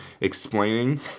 explaining